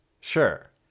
sure